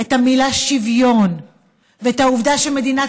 את המילה שוויון ואת העובדה שמדינת